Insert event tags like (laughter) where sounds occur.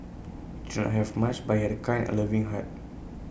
(unintelligible) have much but he had A kind and loving heart